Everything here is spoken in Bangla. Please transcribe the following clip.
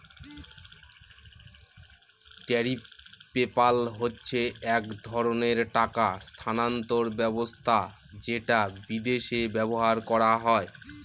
ট্যারিফ পেপ্যাল হচ্ছে এক ধরনের টাকা স্থানান্তর ব্যবস্থা যেটা বিদেশে ব্যবহার করা হয়